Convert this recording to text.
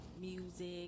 music